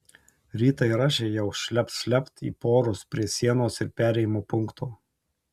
rytą ir aš ėjau šlept šlept į porus prie sienos ir perėjimo punkto